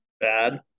Bad